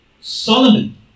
Solomon